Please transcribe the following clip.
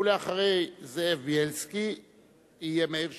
ואחרי זאב בילסקי יהיה מאיר שטרית.